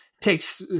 takes